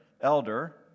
elder